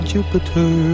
Jupiter